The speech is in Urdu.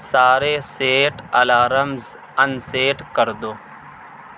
سارے سیٹ الارمز ان سیٹ کر دو